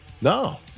No